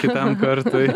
kitam kartui